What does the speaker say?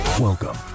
Welcome